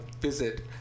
visit